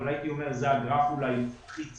הייתי אומר שזה הגרף אולי הכי צבעוני.